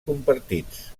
compartits